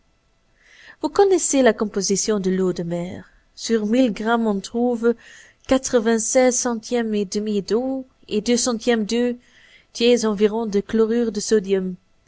vous connaissez la composition de l'eau de mer sur mille grammes on trouve quatre-vingt-seize centièmes et demi d'eau et deux centièmes deux tiers environ de chlorure de sodium